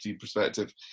perspective